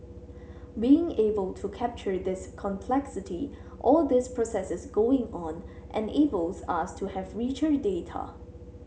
being able to capture this complexity all these processes going on enables us to have richer data